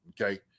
okay